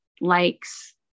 likes